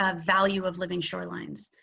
ah value of living shorelines.